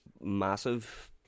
Massive